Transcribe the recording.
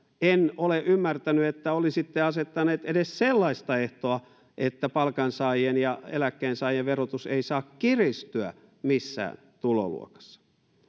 en ole ymmärtänyt että olisitte asettaneet edes sellaista ehtoa että palkansaajien ja eläkkeensaajien verotus ei saa kiristyä missään tuloluokassa